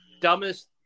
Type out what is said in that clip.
dumbest